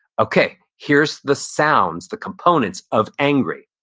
okay. here's the sounds, the components of angry.